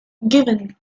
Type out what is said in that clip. given